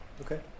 okay